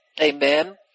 Amen